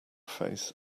face